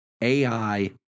AI